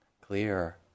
clear